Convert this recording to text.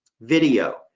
video,